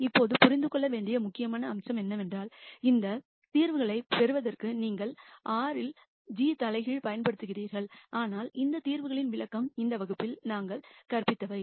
இப்போது புரிந்து கொள்ள வேண்டிய முக்கிய அம்சம் என்னவென்றால் இந்த தீர்வுகளைப் பெறுவதற்கு நீங்கள் R இல் g இன்வெர்ஸ் பயன்படுத்துகிறீர்கள் ஆனால் இந்த தீர்வுகளின் விளக்கம் இந்த வகுப்பில் நாங்கள் கற்பித்தவை